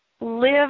Live